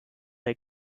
der